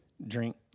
drink